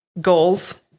goals